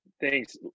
thanks